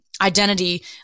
identity